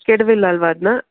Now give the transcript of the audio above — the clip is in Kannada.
ಕೆಡವಿಲ್ಲ ಅಲ್ವಾ ಅದನ್ನ